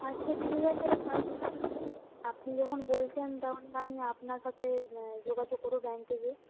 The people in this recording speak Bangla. আচ্ছা ঠিক আছে আপনি যখন বলছেন তখন আমি আপনার সাথে যোগাযোগ করবো ব্যাংকে গিয়ে